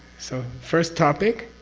so first topic?